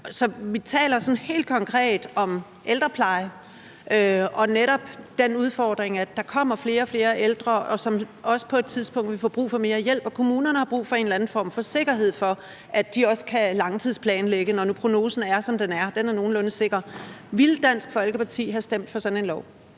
Så vi taler sådan helt konkret om ældrepleje og netop den udfordring, at der kommer flere og flere ældre, som også på et tidspunkt vil få brug for mere hjælp, og kommunerne har brug for en eller anden sikkerhed for, at de også kan langtidsplanlægge, når nu prognosen er, som den er – den er nogenlunde sikker. Ville Dansk Folkeparti have stemt for sådan et